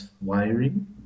wiring